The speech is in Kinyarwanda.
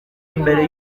mbere